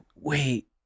wait